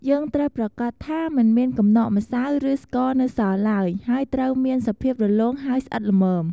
យើងត្រូវប្រាកដថាមិនមានកំណកម្សៅ ឬស្ករនៅសល់ឡើយ ហើយត្រូវមានសភាពរលោងហើយស្អិតល្មម។